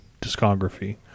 discography